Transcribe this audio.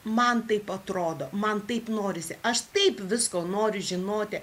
man taip atrodo man taip norisi aš taip visko noriu žinoti